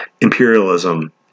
imperialism